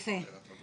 יפה.